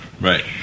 Right